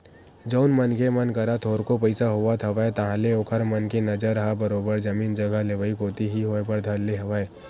जउन मनखे मन करा थोरको पइसा होवत हवय ताहले ओखर मन के नजर ह बरोबर जमीन जघा लेवई कोती ही होय बर धर ले हवय